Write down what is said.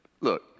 Look